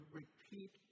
repeat